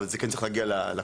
אבל זה כן צריך להגיע לקופה,